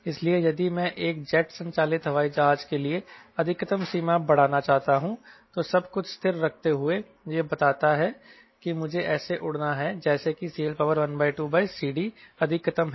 इसलिए यदि मैं एक जेट संचालित हवाई जहाज के लिए अधिकतम सीमा बढ़ाना चाहता हूं तो सब कुछ स्थिर रखते हुएयह बताता है कि मुझे ऐसे उड़ना है जैसे कि CL12CDअधिकतम है